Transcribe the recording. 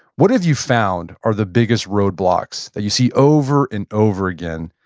what have you found are the biggest roadblocks that you see over and over again,